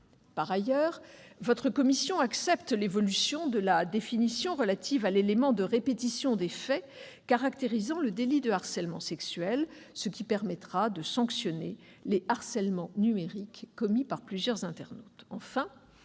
Par ailleurs, votre commission accepte l'évolution de la définition relative à l'élément de répétition des faits caractérisant le délit de harcèlement sexuel, ce qui permettra de sanctionner les harcèlements numériques commis par plusieurs internautes.